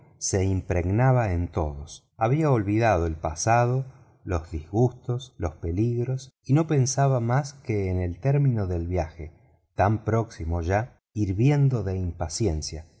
se impregnaba en todos había olvidado el pasado los disgustos los peligros y no pensaba más que en el término del viaje tan próximo ya hirviendo de impaciencia